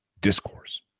discourse